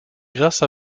grasse